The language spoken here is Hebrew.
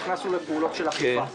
נכנסנו לפעולות של אכיפה.